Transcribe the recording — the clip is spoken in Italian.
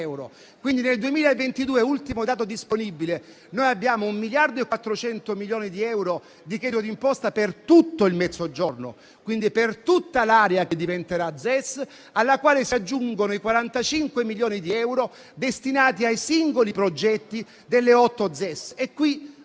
nel 2022, ultimo dato disponibile, noi abbiamo un miliardo e 400 milioni di euro di credito d'imposta per tutto il Mezzogiorno, e quindi per tutta l'area che diventerà ZES, ai quali si aggiungono i 45 milioni di euro destinati ai singoli progetti delle otto ZES.